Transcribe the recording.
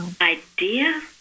idea